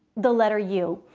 the letter u.